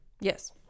Yes